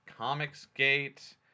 Comicsgate